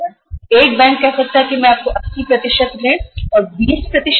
तो एक बैंक कह सकता है मैं आपको 80 ऋण और 20 सीसी लिमिट दूंगा